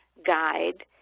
guide,